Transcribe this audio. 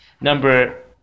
Number